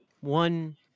one